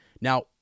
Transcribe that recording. Now